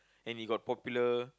and he got popular